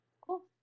Cool